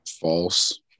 False